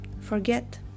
forget